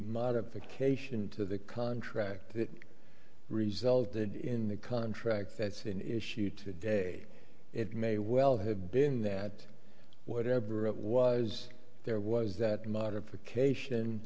modification to the contract that resulted in the contract that's an issue to day it may well have been that whatever it was there was that modification